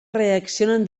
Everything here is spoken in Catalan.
reaccionen